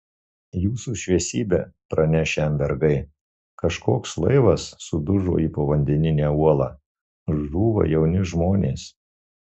jūsų šviesybe praneš jam vergai kažkoks laivas sudužo į povandeninę uolą žūva jauni žmonės